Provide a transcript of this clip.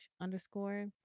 underscore